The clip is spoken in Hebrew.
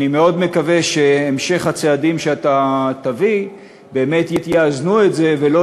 אני מאוד מקווה שהמשך הצעדים שאתה תביא באמת יאזן את זה ולא